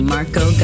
Marco